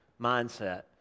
mindset